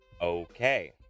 Okay